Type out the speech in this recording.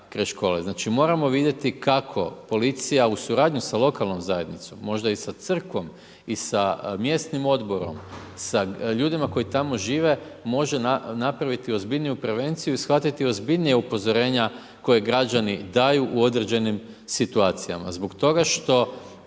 škole. Moramo vidjeti kako policija u suradnju sa lokalnom zajednicom, možda i sa crkvom i sa mjesnim odborom, sa ljudima koji tamo žive, može napraviti ozbiljniju prevenciju i shvatiti ozbiljnije upozorenja koju građani daju u određenim situacijama, zbog toga što